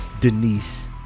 Denise